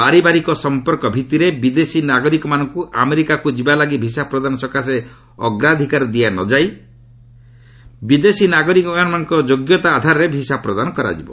ପାରିବାରିକ ସମ୍ପର୍କ ଭିଭିରେ ବିଦେଶୀ ନାଗରିକମାନଙ୍କୁ ଆମେରିକାକୁ ଯିବା ଲାଗି ଭିସା ପ୍ରଦାନ ସକାଶେ ଅଗ୍ରାଧିକାର ଦିଆ ନ ଯାଇ ବିଦେଶୀ ନାଗରିକମାନଙ୍କ ଯୋଗ୍ୟତା ଆଧାରରେ ଭିସା ପ୍ରଦାନ କରାଯିବ